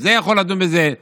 זה יכול לדון בזה,